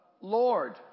Lord